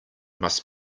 must